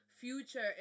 Future